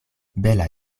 bela